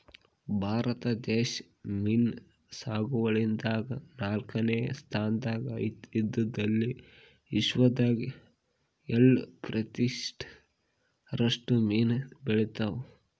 ಭಾರತ ದೇಶ್ ಮೀನ್ ಸಾಗುವಳಿದಾಗ್ ನಾಲ್ಕನೇ ಸ್ತಾನ್ದಾಗ್ ಇದ್ದ್ ಇಲ್ಲಿ ವಿಶ್ವದಾಗ್ ಏಳ್ ಪ್ರತಿಷತ್ ರಷ್ಟು ಮೀನ್ ಬೆಳಿತಾವ್